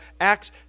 Acts